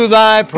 Thy